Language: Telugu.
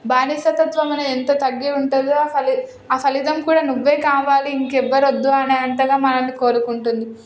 బానిసతత్వం అనేది ఎంత తగ్గి ఉంటుందో ఆ ఫలి ఫలితం కూడా నువ్వే కావాలి ఇంకెవ్వరూ వద్దు అనే అంతగా మనల్ని కోరుకుంటుంది